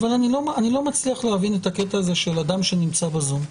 אבל אני לא מצליח להבין את הקטע של אדם שנמצא בזום.